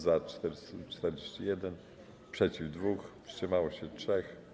Za - 441, przeciw - 2, wstrzymało się 3.